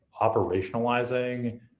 operationalizing